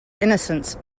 innocence